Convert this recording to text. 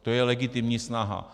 To je legitimní snaha.